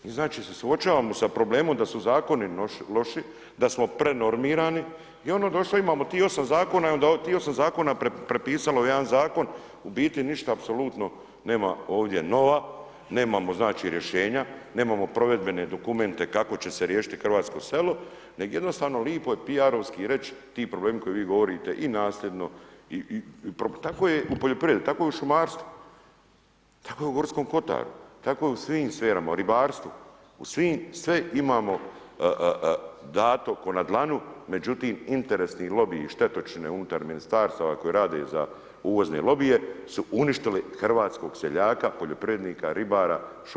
Mi znači se suočavamo sa problemom da su zakoni loši, da smo prenormirani i onda je došlo imamo tih 8 zakona i onda tih 8 zakona prepisalo jedan zakon, u biti ništa apsolutno nema ovdje nova, nemamo znači rješenja, nemamo provedbene dokumente kako će se riješiti hrvatsko selo nego jednostavno lipo je PR-ovski reći ti problemi o kojima vi govorite i nasljedno, tako je u poljoprivredi, tako je u šumarstvu, tako je i Gorskom kotaru, tako je u svim sferama, u ribarstvu, sve imamo dato kao na dlanu međutim interesni lobiji i štetočine unutar ministarstava koje rade za uvozne lobije su uništile hrvatskog seljaka, poljoprivrednika, ribara, šumara, sve su uništili.